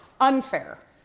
Unfair